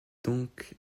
donc